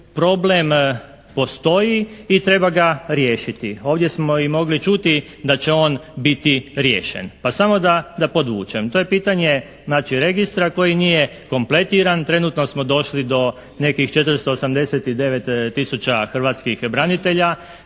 problem postoji i treba ga riješiti. Ovdje smo i mogli čuti da će on biti riješen. Pa samo da podvučem. To je pitanje znači registra koji nije kompletiran. Trenutno smo došli do nekih 489 tisuća hrvatskih branitelja,